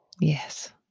Yes